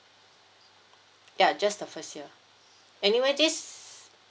ya just the first year anyway this